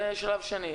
זה שלב שונה.